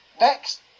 next